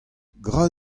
gra